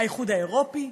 האיחוד האירופי?